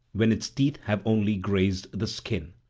when its teeth have only grazed the skin.